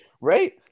Right